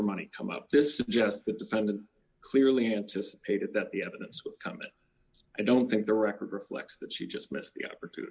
money come up this suggests the defendant clearly anticipated that the evidence would come and i don't think the record reflects that she just missed the opportunity